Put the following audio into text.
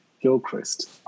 Gilchrist